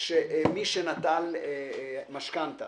שמי שנטל משכנתא